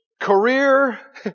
career